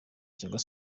cyangwa